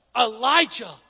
Elijah